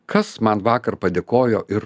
kas man vakar padėkojo ir